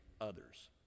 others